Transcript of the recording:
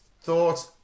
thought